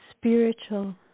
spiritual